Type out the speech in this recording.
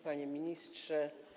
Panie Ministrze!